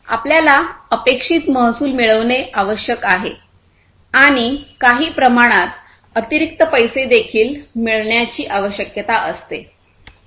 आपल्याला अपेक्षित महसूल मिळवणे आवश्यक आहे आणि काही प्रमाणात अतिरिक्त पैसे देखील मिळण्याची आवश्यकता असते